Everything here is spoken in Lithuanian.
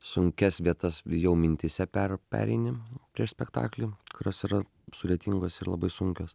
sunkias vietas jau mintyse per pereini prieš spektaklį kurios yra sudėtingos ir labai sunkios